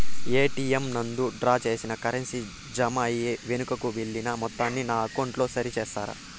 ATM నందు draw చేసిన currency jam అయి వెనుకకు వెళ్లిన మొత్తాన్ని నా అకౌంట్ లో సరి చేస్తారా?